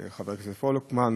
חבר הכנסת פולקמן,